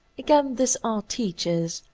again, this art teaches,